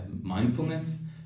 mindfulness